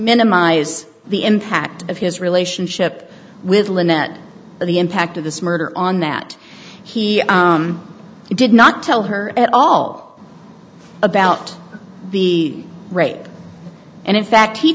minimize the impact of his relationship with lynette the impact of this murder on that he did not tell her at all about the rape and in fact he